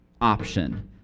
option